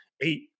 eight